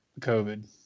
COVID